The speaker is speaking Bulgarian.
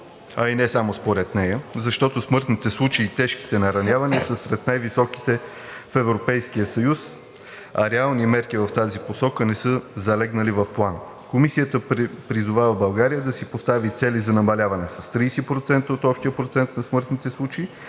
а и не само според нея, защото смъртните случаи и тежките наранявания са сред най-високите в Европейския съюз, а реални мерки в тази посока не са залегнали в Плана. Комисията призовава България да си постави цели за намаляване с 30% от общия процент на смъртните случаи